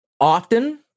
often